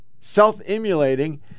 self-emulating